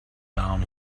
down